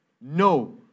No